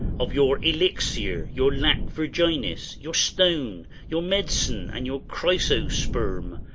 of your elixir, your lac virginis, your stone, your med'cine, and your chrysosperm,